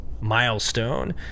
milestone